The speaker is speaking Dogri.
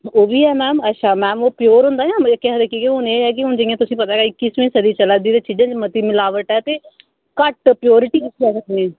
ओह्बी ऐ मैम अच्छा मैम ओह् प्योर होंदा जां मतलब कि केह् आखदे की के हून एह् ऐ कि हून जियां तुसें ई पता गै ऐ कि इक्किसवीं सदी चलै दी ते एह्दे च मती मलावट ऐ ते घट्ट प्योरटी ऐ इसदे च